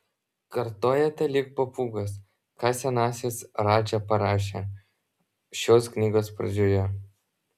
kartojate lyg papūgos ką senasis radža parašė šios knygos pradžioje